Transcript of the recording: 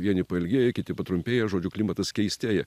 vieni pailgėja kiti patrumpėja žodžiu klimatas keistėja